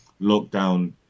lockdown